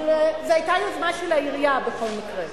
זו היתה יוזמה של העירייה, בכל מקרה.